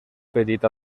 petit